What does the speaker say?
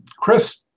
Chris